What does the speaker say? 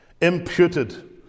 imputed